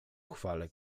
chwale